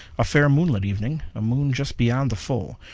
a fair, moonlit evening a moon just beyond the full,